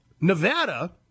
Nevada